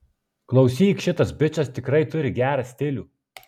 klausyk šitas bičas tikrai turi gerą stilių